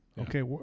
Okay